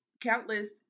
countless